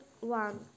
one